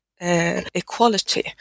equality